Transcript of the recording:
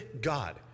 God